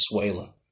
Venezuela